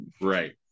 right